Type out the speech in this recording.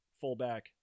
fullback